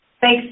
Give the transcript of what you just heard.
Thanks